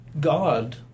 God